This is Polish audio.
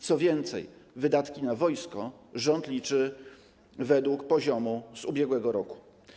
Co więcej, wydatki na wojsko rząd liczy według poziomu z ubiegłego roku.